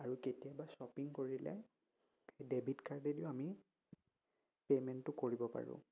আৰু কেতিয়াবা শ্বপিং কৰিলে ডেবিট কাৰ্ডেদিও আমি পে'মেণ্টটো কৰিব পাৰোঁ